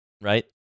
right